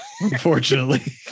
Unfortunately